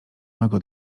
mego